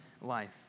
life